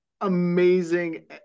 amazing